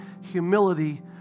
humility